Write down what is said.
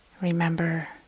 remember